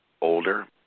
older